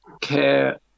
care